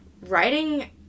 writing